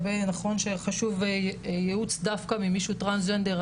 נכון שחשוב ייעוץ דווקא ממישהו טרנסג'נדר,